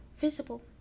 visible